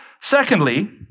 Secondly